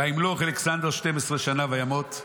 וימלוך אלכסנדר 12 שנה וימות.